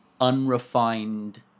unrefined